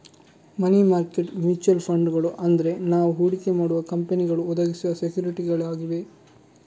ಮನಿ market mutual ಫಂಡುಗಳು ಅಂದ್ರೆ ನಾವು ಹೂಡಿಕೆ ಮಾಡುವ ಕಂಪನಿಗಳು ಒದಗಿಸುವ ಸೆಕ್ಯೂರಿಟಿಗಳಾಗಿವೆ